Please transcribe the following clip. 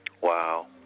Wow